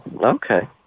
Okay